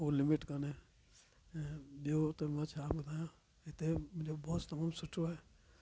को लिमिट कोन्हे ऐं ॿियो त मां छा ॿुधायां हिते मुंहिंजो बॉस तमामु सुठो आहे